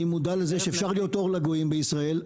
אני מודע לזה שאפשר להיות אור לגויים בישראל,